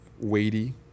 weighty